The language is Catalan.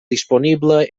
disponible